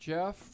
Jeff